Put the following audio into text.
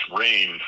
rain